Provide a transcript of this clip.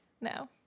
No